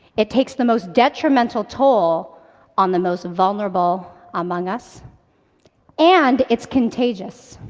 it takes the most detrimental toll on the most vulnerable among us and it's contagious.